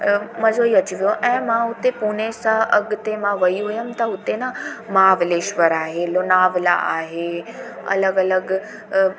मज़ो ई अची वियो ऐं मां हुते पुणे सां अॻिते मां वई हुअमि त हुते ना माहाबलेश्वर आहे लोनावला आहे अलॻि अलॻि